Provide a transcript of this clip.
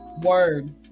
Word